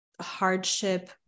hardship